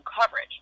coverage